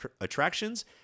attractions